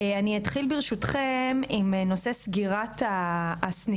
אני אתחיל ברשותכם, עם נושא סגירת הסניפים